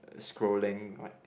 scrolling my